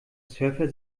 surfer